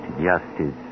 justice